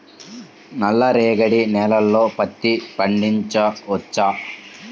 నల్ల రేగడి నేలలో పత్తి పండించవచ్చా?